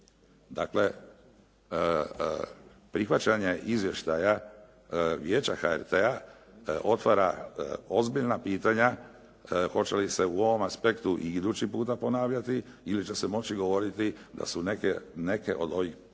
Dakle prihvaćanje izvještaja Vijeća HRT-a otvara ozbiljna pitanja hoće li se u ovom aspektu i idući puta ponavljati ili će se moći govoriti da su neke od ovih problema